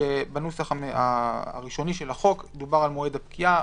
בנוסח הראשוני של החוק דובר על מועד הפקיעה.